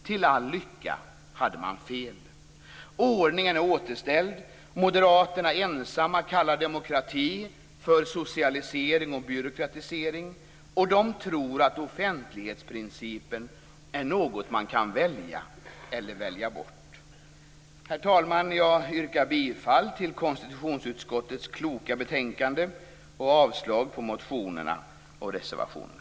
Till all lycka hade man fel. Ordningen är återställd. Moderaterna ensamma kallar demokrati för socialisering och byråkratisering. De tror att offentlighetsprincipen är något man kan välja eller välja bort. Herr talman! Jag yrkar bifall till hemställan i konstitutionsutskottets kloka betänkande och avslag på motionerna och reservationerna.